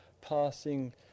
passing